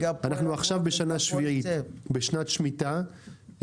אנחנו עכשיו בשנה שביעית, בשנת שמיטה.